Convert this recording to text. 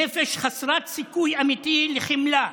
נפש חסרת סיכוי אמיתי לחמלה,